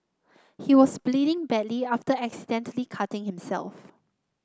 he was bleeding badly after accidentally cutting himself